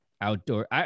outdoor